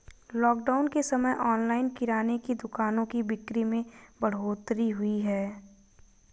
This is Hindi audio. लॉकडाउन के समय ऑनलाइन किराने की दुकानों की बिक्री में बढ़ोतरी हुई है